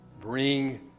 Bring